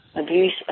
abuse